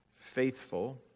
faithful